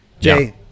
Jay